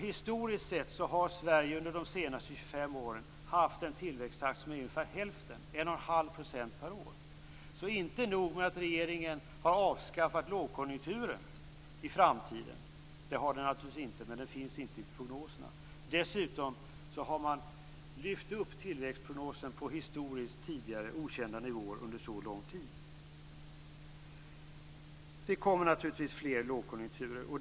Historiskt sett har Sverige under de senaste 25 åren haft en tillväxttakt som är ungefär hälften, 11⁄2 % per år. Inte nog med att regeringen har avskaffat lågkonjunkturen i framtiden - den finns inte i prognoserna - dessutom har regeringen lyft upp tillväxtprognosen på historiskt sett okända nivåer under så lång tid. Det kommer naturligtvis fler lågkonjunkturer.